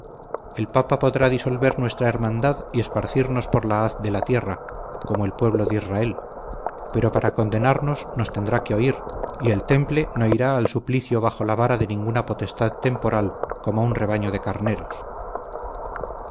el papa podrá disolver nuestra hermandad y esparcirnos por la haz de la tierra como el pueblo de israel pero para condenarnos nos tendrá que oír y el temple no irá al suplicio bajo la vara de ninguna potestad temporal como un rebaño de carneros